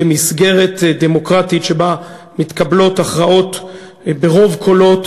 במסגרת דמוקרטית שבה מתקבלות הכרעות ברוב קולות.